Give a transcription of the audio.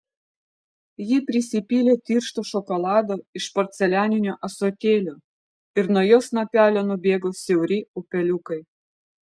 ji prisipylė tiršto šokolado iš porcelianinio ąsotėlio ir nuo jo snapelio nubėgo siauri upeliukai